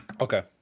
Okay